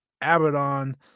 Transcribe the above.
Abaddon